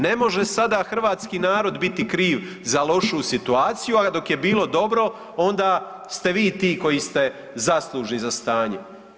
Ne može sada hrvatski narod biti kriv za lošu situaciju, a dok je bilo dobro onda ste vi ti koji ste zaslužni za stanje.